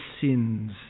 sins